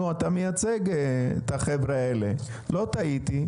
אתה מייצג את החבר'ה האלה, לא טעיתי.